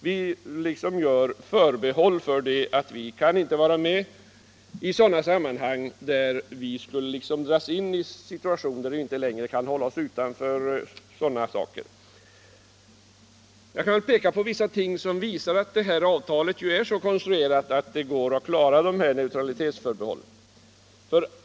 Vi gör alltid förbehåll så att vi inte riskerar dras in i situationer där vår neutralitet kan ifrågasättas. Jag vill peka på några bestämmelser i detta avtal som visar att vi kan förhålla oss neutrala.